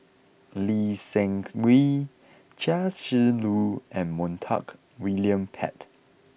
Lee Seng Wee Chia Shi Lu and Montague William Pett